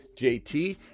JT